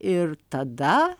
ir tada